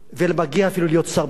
ומגיע אפילו להיות שר בממשלה.